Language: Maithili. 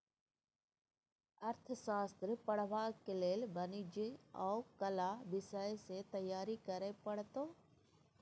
अर्थशास्त्र पढ़बाक लेल वाणिज्य आ कला विषय सँ तैयारी करय पड़तौ